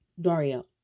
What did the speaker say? Dario